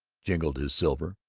jingled his silver,